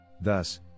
thus